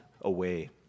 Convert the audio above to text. away